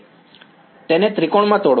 વિદ્યાર્થી તેને ત્રિકોણમાં તોડો